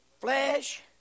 flesh